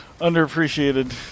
underappreciated